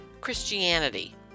Christianity